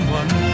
one